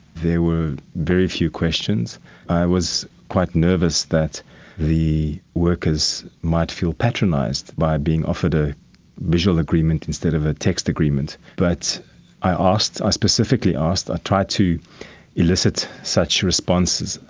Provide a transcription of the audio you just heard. there were very few questions. i was quite nervous that the workers might feel patronised by being offered a visual agreement instead of a text agreement, but i specifically asked, specifically asked, i tried to elicit such responses,